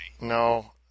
no